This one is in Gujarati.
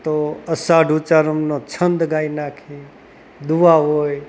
તો અષાઢ ઉચ્ચારણનો છંદ ગાઈ નાખીએ દુહા હોય